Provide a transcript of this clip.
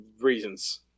reasons